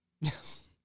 Yes